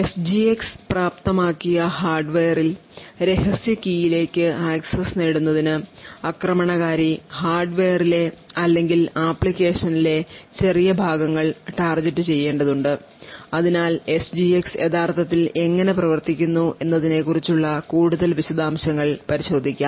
SGX പ്രാപ്തമാക്കിയ ഹാർഡ്വെയറിൽ രഹസ്യ കീയിലേക്ക് ആക്സസ് നേടുന്നതിന് ആക്രമണകാരി ഹാർഡ്വെയറിലെ അല്ലെങ്കിൽ അപ്ലിക്കേഷനിലെ ചെറിയ ഭാഗങ്ങൾ ടാർഗെറ്റുചെയ്യേണ്ടതുണ്ട് അതിനാൽ എസ്ജിഎക്സ് യഥാർത്ഥത്തിൽ എങ്ങനെ പ്രവർത്തിക്കുന്നു എന്നതിനെക്കുറിച്ചുള്ള കൂടുതൽ വിശദാംശങ്ങൾ പരിശോധിക്കാം